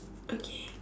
okay